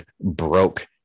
broke